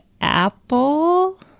apple